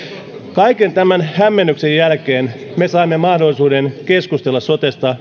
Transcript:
kaiken tämän hämmennyksen jälkeen me saimme mahdollisuuden keskustella sotesta